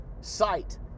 sight